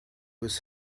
with